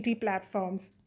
platforms